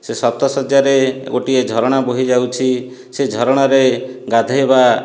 ସେ ସପ୍ତଶଯ୍ୟାରେ ଗୋଟିଏ ଝରଣା ବୋହିଯାଉଛି ସେ ଝରଣାରେ ଗାଧେଇବା